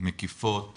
מקיפות ומוקפדות,